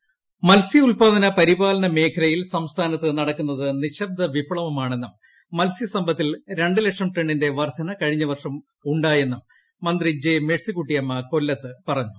മന്ത്രി ജെ മേഴ്സിക്കുട്ടിയമ്മ മത്സ്യ ഉത്പാദന പരിപാലന മേഖലയിൽ സംസ്ഥാനത്ത് നടക്കുന്നത് നിശബ്ദ വിപ്ലവമാണെന്നും മത്സ്യസമ്പത്തിൽ രണ്ട് ലക്ഷം ടണ്ണിന്റെ വർധന കഴിഞ്ഞ വർഷം ഉണ്ടായെന്നും മന്ത്രി ജെ മേഴ്സിക്കുട്ടിയമ്മ കൊല്ലത്ത് പറഞ്ഞു